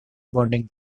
bonding